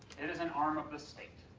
it is an arm of the state.